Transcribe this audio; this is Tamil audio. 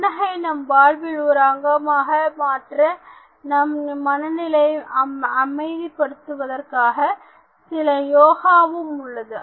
புன்னகை நம் வாழ்க்கையில் ஒரு அங்கமாக மாற்ற நம் மனநிலையை அமைதி படுத்துவதற்காக சில யோகாவும் உள்ளது